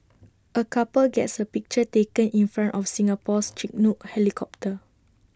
A couple gets A picture taken in front of Singapore's Chinook helicopter